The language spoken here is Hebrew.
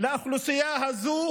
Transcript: לאוכלוסייה הזו